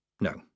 No